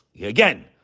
Again